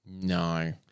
No